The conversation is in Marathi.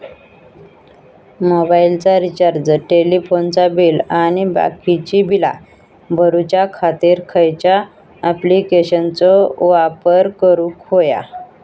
मोबाईलाचा रिचार्ज टेलिफोनाचा बिल आणि बाकीची बिला भरूच्या खातीर खयच्या ॲप्लिकेशनाचो वापर करूक होयो?